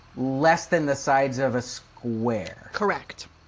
less than the sides of a square? correct.